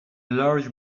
large